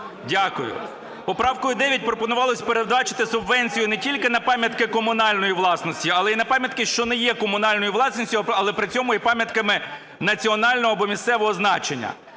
Дякую. Поправкою 9 пропонувалося передбачити субвенцію не тільки на пам'ятки комунальної власності, але й на пам'ятки, що не є комунальною власністю, але при цьому є пам'ятками національного або місцевого значення.